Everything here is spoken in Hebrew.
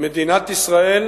מדינת ישראל